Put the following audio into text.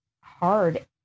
hard